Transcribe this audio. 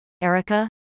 Erica